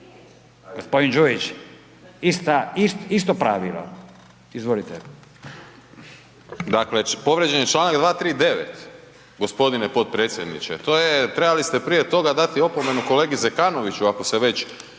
Gospodin Đujić isto pravilo. Izvolite.